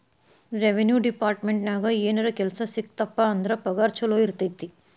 revenue ಡೆಪಾರ್ಟ್ಮೆಂಟ್ನ್ಯಾಗ ಏನರ ಕೆಲ್ಸ ಸಿಕ್ತಪ ಅಂದ್ರ ಪಗಾರ ಚೊಲೋ ಇರತೈತಿ